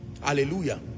Hallelujah